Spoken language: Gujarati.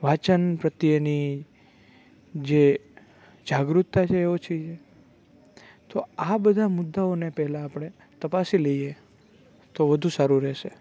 વાંચન પ્રત્યેની જે જાગૃતતા છે એ ઓછી છે તો આ બધા મુદ્દાઓને પહેલા આપણે તપાસી લઈએ તો વધુ સારું રહેશે